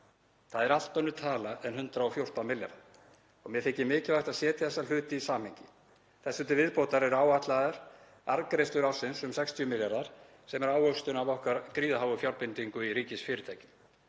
Það er allt önnur tala en 114 milljarðar og mér þykir mikilvægt að setja þessa hluti í samhengi. Þessu til viðbótar eru áætlaðar arðgreiðslur ársins um 60 milljarðar sem er ávöxtun af okkar gríðarháu fjárbindingu í ríkisfyrirtækjum.